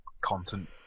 content